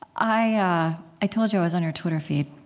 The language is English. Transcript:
i yeah i told you i was on your twitter feed,